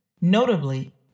Notably